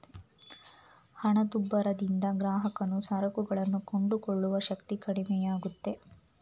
ಹಣದುಬ್ಬರದಿಂದ ಗ್ರಾಹಕನು ಸರಕುಗಳನ್ನು ಕೊಂಡುಕೊಳ್ಳುವ ಶಕ್ತಿ ಕಡಿಮೆಯಾಗುತ್ತೆ